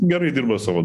gerai dirba savo